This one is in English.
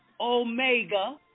Omega